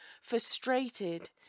Frustrated